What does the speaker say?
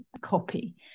copy